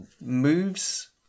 moves